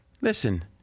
Listen